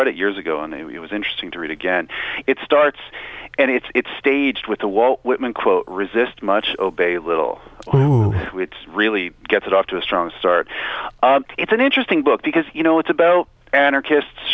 read it years ago and it was interesting to read again it starts and it's staged with the walt whitman quote resist much obey little it's really gets it off to a strong start it's an interesting book because you know it's about anarchists